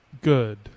Good